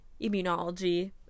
immunology